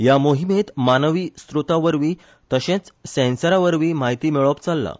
ह्या मोहिमेंत मानवी स्त्रोतावरवी तशेंच सॅन्सरावरवी म्हायती मेळोवप चल्लां